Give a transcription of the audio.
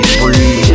free